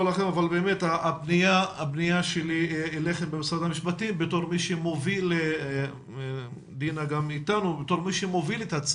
הפנייה שלי אליכם במשרד המשפטים בתור מי שמוביל את הצוות,